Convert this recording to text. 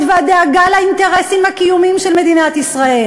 והדאגה לאינטרסים הקיומיים של מדינת ישראל?